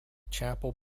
chapel